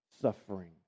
suffering